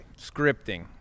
scripting